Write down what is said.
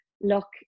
look